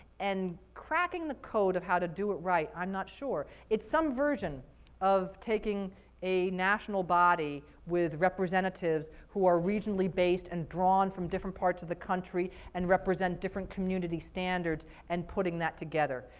and cracking the code of how to do it right, i'm not sure. it's some version of taking a national body with representative who are regionally based and drawn from different parts of the country, and represent different community standards and putting that together.